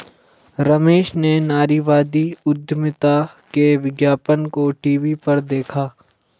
रमेश ने नारीवादी उधमिता के विज्ञापन को टीवी पर देखा